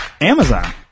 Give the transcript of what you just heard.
Amazon